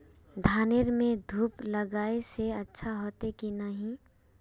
धानेर में धूप लगाए से अच्छा होते की नहीं?